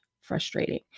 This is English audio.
frustrating